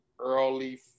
early